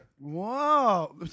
Whoa